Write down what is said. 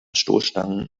stoßstangen